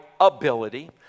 ability